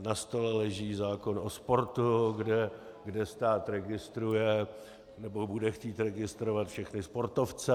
Na stole leží zákon o sportu, kde stát registruje, nebo bude chtít registrovat všechny sportovce.